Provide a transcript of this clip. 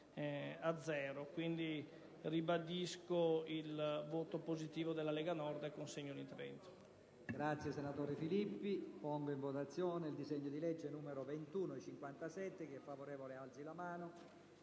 azero. Quindi, ribadisco il voto favorevole della Lega Nord e consegno l'intervento